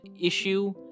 issue